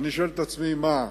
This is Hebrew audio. ואני שואל את עצמי, מה?